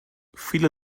viele